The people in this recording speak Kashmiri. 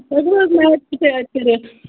نایِٹ سٕٹے اَتہِ کٔرٕتھ